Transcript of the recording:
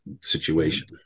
situation